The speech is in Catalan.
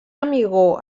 amigó